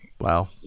Wow